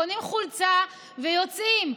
קונים חולצה ויוצאים,